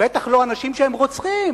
בטח לא אנשים שהם רוצחים,